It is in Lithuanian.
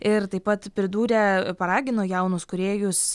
ir taip pat pridūrė paragino jaunus kūrėjus